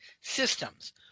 systems